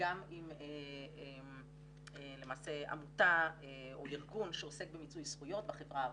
גם עם למעשה ארגון שעוסק במיצוי זכויות בחברה הערבית,